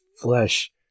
flesh